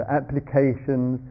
applications